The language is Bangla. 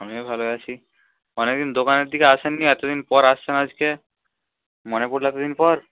আমিও ভালো আছি অনেক দিন দোকানের দিকে আসেন নি এতো দিন পর আসছেন আজকে মনে পড়লো এতো দিন পর